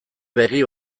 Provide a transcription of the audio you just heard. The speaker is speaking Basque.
begi